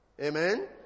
Amen